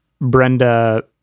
Brenda